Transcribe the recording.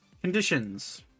conditions